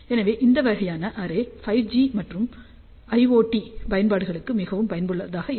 எனவே இந்த வகையான அரே 5 ஜி மற்றும் ஐஓடி பயன்பாடுகளுக்கு மிகவும் பயனுள்ளதாக இருக்கும்